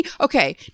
Okay